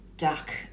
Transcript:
duck